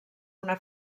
una